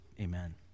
Amen